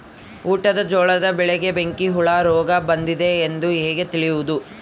ಊಟದ ಜೋಳದ ಬೆಳೆಗೆ ಬೆಂಕಿ ಹುಳ ರೋಗ ಬಂದಿದೆ ಎಂದು ಹೇಗೆ ತಿಳಿಯುವುದು?